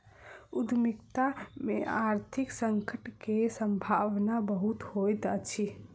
उद्यमिता में आर्थिक संकट के सम्भावना बहुत होइत अछि